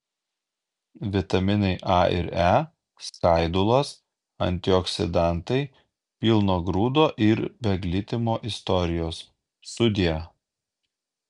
vitaminai a ir e skaidulos antioksidantai pilno grūdo ir be glitimo istorijos sudie